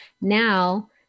now